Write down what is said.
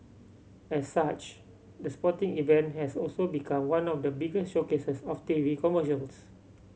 as such the sporting event has also become one of the biggest showcases of T V commercials